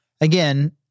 Again